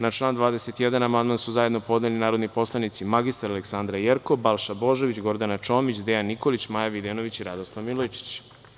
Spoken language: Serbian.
Na član 21. amandman su zajedno podneli narodni poslanici mr Aleksandra Jerkov, Balša Božović, Gordana Čomić, Dejan Nikolić, Maja Videnović i Radoslav Milojičić.